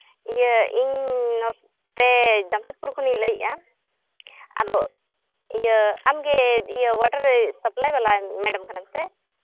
ᱤᱭᱟᱹ ᱤᱧ ᱱᱚᱛᱮ ᱡᱟᱢᱥᱮᱫᱽᱯᱩᱨ ᱠᱷᱚᱱᱤᱧ ᱞᱟᱹᱭᱮᱫᱼᱟ ᱟᱫᱚ ᱤᱭᱟᱹ ᱟᱢ ᱜᱮ ᱤᱭᱟᱹ ᱚᱣᱟᱴᱟᱨ ᱥᱟᱯᱞᱟᱭ ᱵᱟᱞᱟ ᱢᱮᱰᱟᱢ ᱠᱟᱱᱟᱢ ᱥᱮ